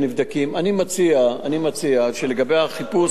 אני מציע שלגבי החיפוש,